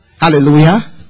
hallelujah